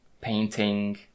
painting